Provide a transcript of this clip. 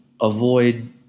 avoid